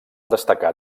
destacar